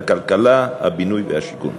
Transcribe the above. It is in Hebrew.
הכלכלה והבינוי והשיכון.